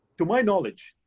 to my knowledge,